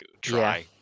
try